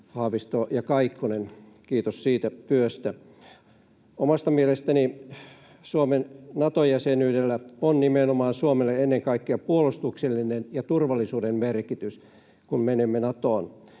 Haavisto ja Kaikkonen. Kiitos siitä työstä. Omasta mielestäni Suomen Nato-jäsenyydellä on nimenomaan Suomelle ennen kaikkea puolustuksellinen ja turvallisuuden merkitys, kun menemme Natoon.